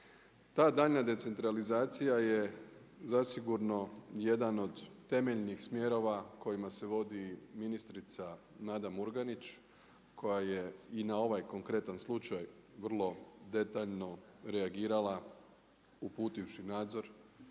Ta daljnja decentralizacija je zasigurno jedan od temeljnih smjerova kojima se vodi ministrica Nada Murganić koja je i na ovaj konkretan slučaj vrlo detaljno reagirala uputivši nadzor